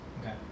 Okay